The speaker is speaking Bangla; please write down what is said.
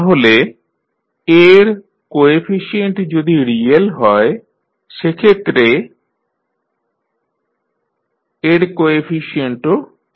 তাহলে A এর কোএফিশিয়েন্ট যদি রিয়েল হয় সেক্ষেত্রে sI A এর কোএফিশিয়েন্ট ও রিয়েল হবে